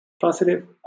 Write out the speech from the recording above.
positive